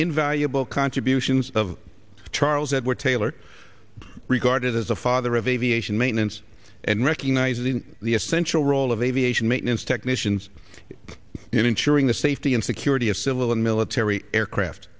invaluable contributions of charles edward taylor regarded as a father of aviation maintenance and recognizes the essential role of aviation maintenance technicians in ensuring the safety and security of civil and military aircraft